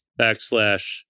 backslash